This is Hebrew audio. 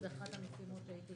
זו אחת המשימות שהייתי